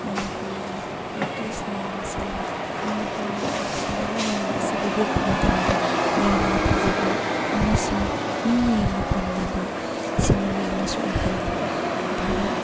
ꯃꯅꯤꯄꯨꯔꯒꯤ ꯑꯥꯔꯇꯤꯁ ꯃꯌꯥꯝꯁꯤꯡꯅ ꯃꯅꯤꯄꯨꯔꯒꯤ ꯁꯤꯅꯔꯤ ꯃꯌꯥꯝ ꯑꯁꯤꯕꯨ ꯌꯦꯛꯄ ꯃꯇꯝꯗ ꯌꯥꯝꯅ ꯐꯖꯕ ꯑꯃꯁꯨꯡ ꯃꯤꯅ ꯌꯥꯝꯅ ꯄꯥꯝꯅꯕ ꯁꯤꯅꯔꯤ ꯑꯃꯁꯨ ꯑꯣꯏꯍꯜꯂꯤ ꯚꯥꯔꯠ